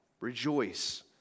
Rejoice